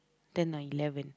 ten or eleven